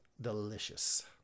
delicious